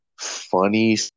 funny